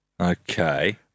Okay